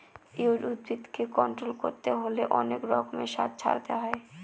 weed উদ্ভিদকে control করতে হলে অনেক রকমের সার ছড়াতে হয়